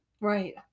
Right